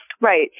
right